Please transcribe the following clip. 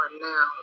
now